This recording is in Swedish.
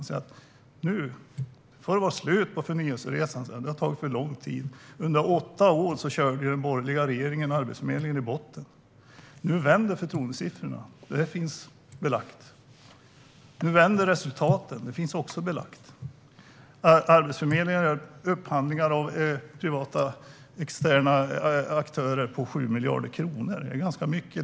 Du säger att det får vara slut på förnyelseresan, att det har tagit för lång tid, Sven-Olof Sällström. Men det var den borgerliga regeringen som under åtta år körde Arbetsförmedlingen i botten. Nu vänder förtroendesiffrorna. Det finns det belägg för. Nu vänder resultaten. Det finns det också belägg för. Arbetsförmedlingen upphandlar från privata, externa aktörer för 7 miljarder kronor. Det är ganska mycket.